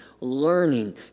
learning